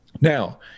Now